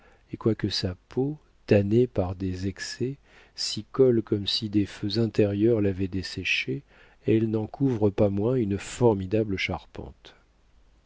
et quoique sa peau tannée par des excès s'y colle comme si des feux intérieurs l'avaient desséchée elle n'en couvre pas moins une formidable charpente